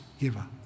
giver